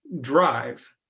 drive